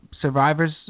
Survivor's